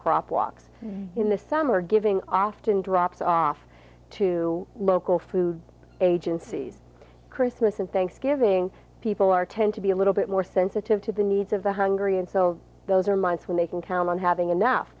crop walks in the summer giving often drops off to local food agencies christmas and thanksgiving people are tend to be a little bit more sensitive to the needs of the hungry and so those are months when they can count on having enough